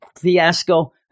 fiasco